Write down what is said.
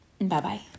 Bye-bye